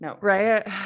Right